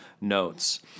notes